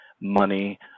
money